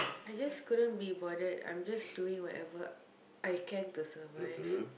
I just couldn't be bothered I'm just doing whatever I can to survive